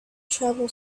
travel